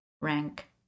rank